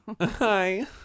Hi